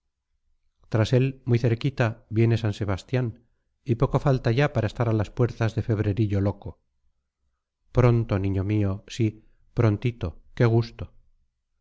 tras él muy cerquita viene san sebastián y poco falta ya para estar a las puertas de febrerillo loco pronto niño mío sí prontito qué gusto